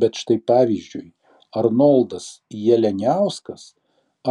bet štai pavyzdžiui arnoldas jalianiauskas